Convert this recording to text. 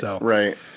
right